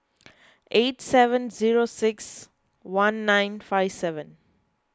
eight seven zero six one nine five seven